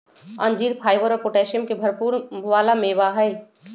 अंजीर फाइबर और पोटैशियम के भरपुर वाला मेवा हई